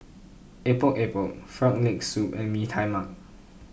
Epok Epok Frog Leg Soup and Mee Tai Mak